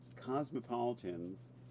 cosmopolitans